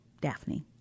Daphne